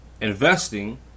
Investing